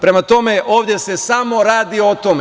Prema tome, ovde se samo radi o tome.